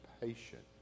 patient